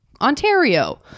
Ontario